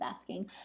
asking